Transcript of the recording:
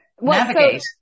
navigate